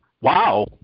Wow